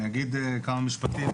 אני אגיד כמה משפטים.